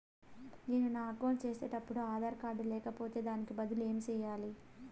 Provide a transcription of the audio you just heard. నేను నా అకౌంట్ సేసేటప్పుడు ఆధార్ కార్డు లేకపోతే దానికి బదులు ఏమి సెయ్యాలి?